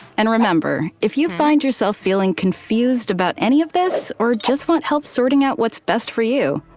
and remember, if you find yourself feeling confused about any of this, or just want help sorting out what's best for you,